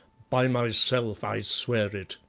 by myself i swear it,